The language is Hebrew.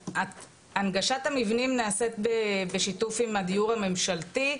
הנגשת המבנים נעשית בשיתוף עם הדיור הממשלתי.